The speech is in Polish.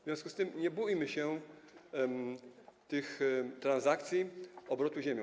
W związku z tym nie bójmy się tych transakcji obrotu ziemią.